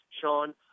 Sean